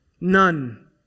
none